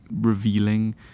revealing